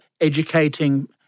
educating